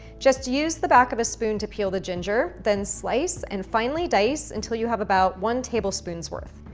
just use the back of a spoon to peel the ginger, then slice and finally dice until you have about one tablespoons worth.